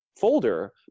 folder